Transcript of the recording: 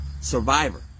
survivor